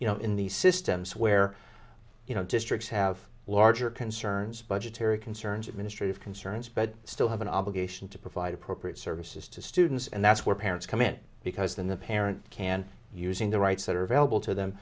you know in these systems where you know districts have larger concerns budgetary concerns administrative concerns but still have an obligation to provide appropriate services to students and that's where parents come in because then the parent can using the rights that are available to them